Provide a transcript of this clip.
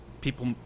people